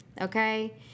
okay